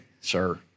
sir